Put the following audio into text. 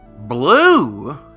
Blue